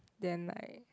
then like